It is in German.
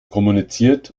kommuniziert